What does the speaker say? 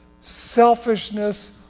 selfishness